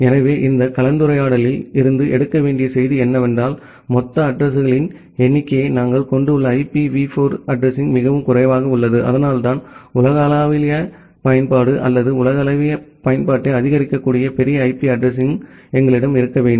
எனவே இந்த கலந்துரையாடலில் இருந்து எடுக்க வேண்டிய செய்தி என்னவென்றால் மொத்த அட்ரஸிங்களின் எண்ணிக்கையை நாங்கள் கொண்டுள்ள ஐபிவி 4 அட்ரஸிங் மிகவும் குறைவாகவே உள்ளது அதனால்தான் உலகளாவிய பயன்பாடு அல்லது உலகளாவிய பயன்பாட்டை ஆதரிக்கக்கூடிய பெரிய ஐபி அட்ரஸிங்கள் எங்களிடம் இருக்க வேண்டும்